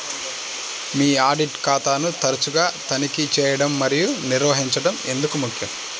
మీ audit ఖాతాను తరచుగా తనిఖీ చేయడం మరియు నిర్వహించడం ఎందుకు ముఖ్యం?